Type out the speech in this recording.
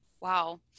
Wow